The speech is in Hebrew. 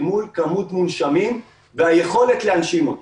מול כמות מונשמים והיכולת להנשים אותם,